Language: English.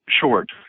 short